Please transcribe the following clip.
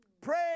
Pray